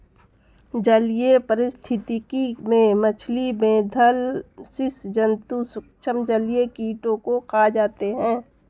जलीय पारिस्थितिकी में मछली, मेधल स्सि जन्तु सूक्ष्म जलीय कीटों को खा जाते हैं